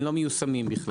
הם לא מיושמים בכלל.